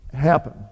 happen